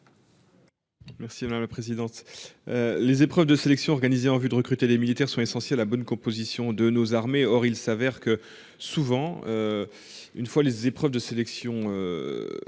Merci Alain la présidente. Les épreuves de sélection organisées en vue de recruter des militaires sont essentiels à bonne composition de nos armées. Or il s'avère que souvent. Une fois les épreuves de sélection.